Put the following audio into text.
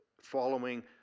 following